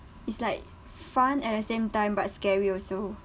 it's like fun at the same time but scary also